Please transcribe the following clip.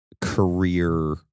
career